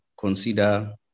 consider